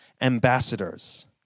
ambassadors